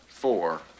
Four